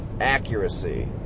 accuracy